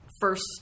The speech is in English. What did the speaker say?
first